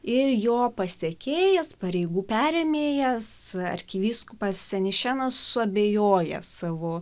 ir jo pasekėjas pareigų perėmėjas arkivyskupas senišenas suabejojęs savo